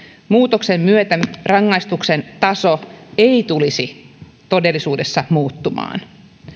muutoksen myötä rangaistuksen taso ei tulisi todellisuudessa muuttumaan